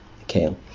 okay